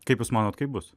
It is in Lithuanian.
kaip jūs manot kaip bus